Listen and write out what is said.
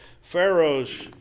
Pharaoh's